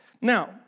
Now